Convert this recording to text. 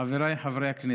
חבריי חברי הכנסת,